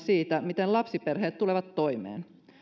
siitä miten lapsiperheet tulevat toimeen